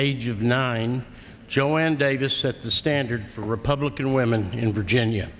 age of nine joanne davis set the standard for republican women in virginia